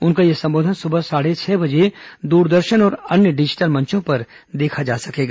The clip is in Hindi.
उनका यह संबोधन सुबह साढ़े छह बजे दूरदर्शन और अन्य डिजिटल मंचों पर देखा जा सकेगा